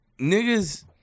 niggas